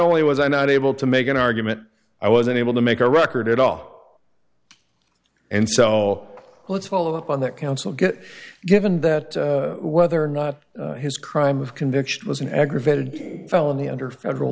only was i not able to make an argument i wasn't able to make a record at all and so let's follow up on that counsel get given that whether or not his crime of conviction was an aggravated felony under federal